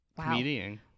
comedian